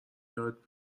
یاد